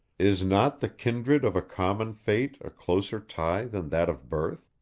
is not the kindred of a common fate a closer tie than that of birth?